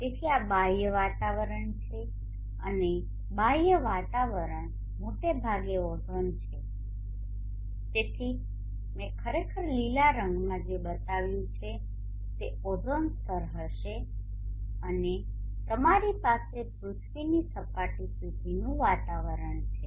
તેથી આ બાહ્ય વાતાવરણ છે અને બાહ્ય વાતાવરણ મોટે ભાગે ઓઝોન છે તેથી મેં ખરેખર લીલા રંગમાં જે બતાવ્યું છે તે ઓઝોન સ્તર હશે અને તમારી પાસે પૃથ્વીની સપાટી સુધીનું વાતાવરણ છે